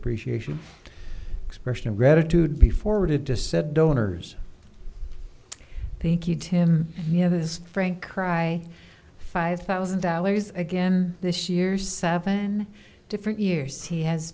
appreciation expression of gratitude be forwarded to said donors thank you tim yeah this is frank cry five thousand dollars again this year seven different years he has